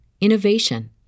innovation